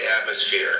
atmosphere